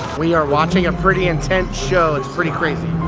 we are watching a pretty intense show. it's pretty crazy.